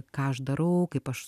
ką aš darau kaip aš